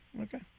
Okay